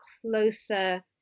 closer